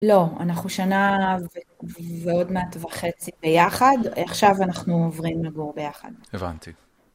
לא, אנחנו שנה ועוד מעט וחצי ביחד, עכשיו אנחנו עוברים לגור ביחד. הבנתי.